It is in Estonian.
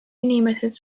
inimesed